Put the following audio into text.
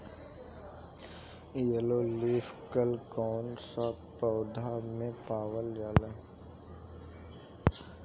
Yellow leaf curl कौन सा पौधा में पावल जाला?